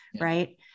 right